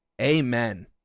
Amen